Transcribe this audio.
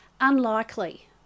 Unlikely